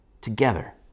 together